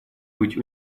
быть